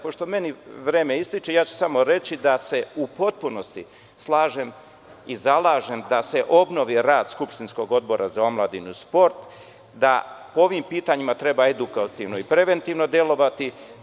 Pošto mi vreme ističe, ja ću samo reći da se u potpunosti slažem i zalažem da se obnovi rad skupštinskog odbora za omladinu i sport, da po ovim pitanjima treba edukativno i preventivno delovati.